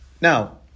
Now